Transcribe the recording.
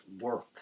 work